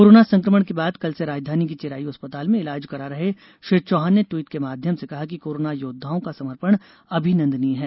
corona संकमण के बाद कल से राजधानी के चिरायु अस्पताल में इलाज करा रहे श्री चौहान ने ट्वीट के माध्यम से कहा कि कोरोना योद्वाओं का समर्पण अभिनंदनीय है